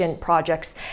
projects